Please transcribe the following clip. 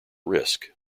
risk